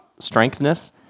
strengthness